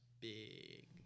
big